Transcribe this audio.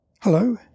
Hello